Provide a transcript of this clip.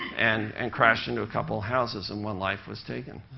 and and crashed into a couple houses, and one life was taken.